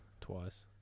Twice